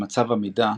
במצב עמידה,